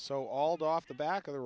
so all the off the back of the